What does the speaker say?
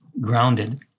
grounded